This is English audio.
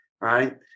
Right